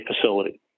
facility